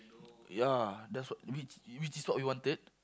ya that's wha~ which which is what we wanted